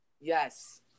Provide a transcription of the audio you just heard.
Yes